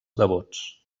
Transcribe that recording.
devots